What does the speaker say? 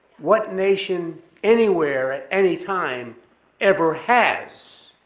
what nation anywhere at any time ever has?